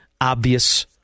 obvious